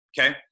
Okay